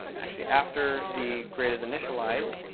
actually after the grid is initialized,